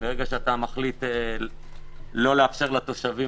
מרגע שאתה מחליט לא לאפשר לתושבים,